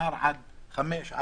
שנשאר עד 17:00,